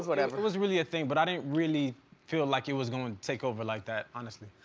whatever. it was really a thing, but i didn't really feel like it was going to take over like that, honestly.